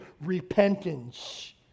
repentance